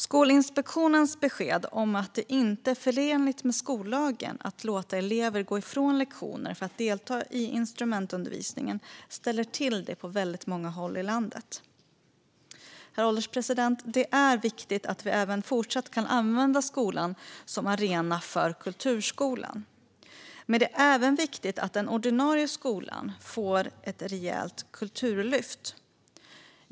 Skolinspektionens besked om att det inte är förenligt med skollagen att låta elever gå ifrån lektioner för att delta i instrumentundervisningen ställer till det på väldigt många håll i landet. Herr ålderspresident! Det är viktigt att vi även fortsättningsvis kan använda skolan som arena för kulturskolan. Men det är även viktigt att den ordinarie skolan får ett rejält kulturlyft.